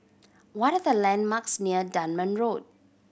what are the landmarks near Dunman Road